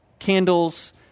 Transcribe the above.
Candles